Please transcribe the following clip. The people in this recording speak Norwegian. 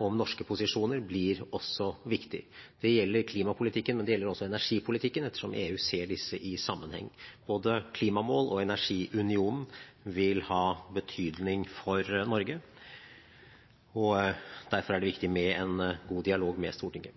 om norske posisjoner, blir også viktig. Det gjelder klimapolitikken, men det gjelder også energipolitikken ettersom EU ser disse i sammenheng. Både klimamål og energiunionen vil ha betydning for Norge, og derfor er det viktig med en god dialog med Stortinget.